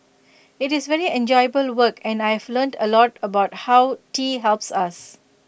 IT is very enjoyable work and I've learnt A lot about how tea helps us